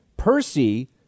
Percy